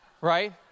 right